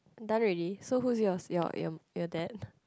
done already so who's yours your your your dad